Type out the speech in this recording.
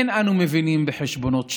אין אנו מבינים בחשבונות שמיים.